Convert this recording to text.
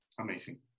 Amazing